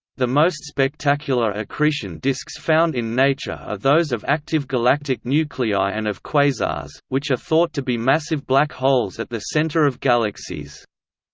the most spectacular accretion disks found in nature are those of active galactic nuclei and of quasars, which are thought to be massive black holes at the center of galaxies.